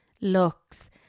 looks